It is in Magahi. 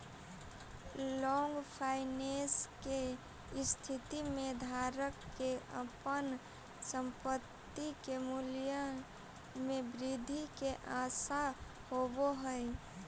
लॉन्ग फाइनेंस के स्थिति में धारक के अपन संपत्ति के मूल्य में वृद्धि के आशा होवऽ हई